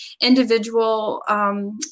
individual